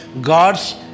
God's